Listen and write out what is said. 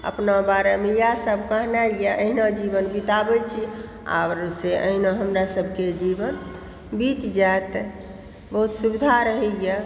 अपना बारेमे इएहसभ कहनाइए अहिना जीवन बिताबय छी आबसँ अहिना हमरा सभके जीवन बीत जायत बहुत सुविधा रहयए